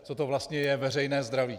Co to vlastně je veřejné zdraví?